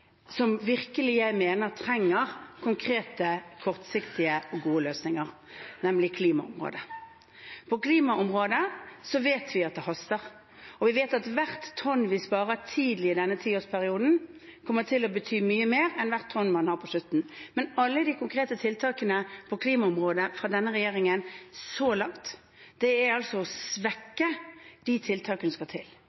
som jeg virkelig mener trenger konkrete, kortsiktige og gode løsninger, nemlig klimaområdet. På klimaområdet vet vi at det haster, og vi vet at hvert tonn vi sparer tidlig i denne tiårsperioden, kommer til å bety mye mer enn hvert tonn man sparer på slutten. Men alle de konkrete tiltakene på klimaområdet fra denne regjeringen så langt er å svekke de tiltakene som skal til. Man ønsker ikke å